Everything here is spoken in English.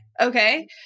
Okay